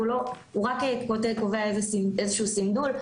הוא רק קובע איזשהו סנדול.